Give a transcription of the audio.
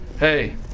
Hey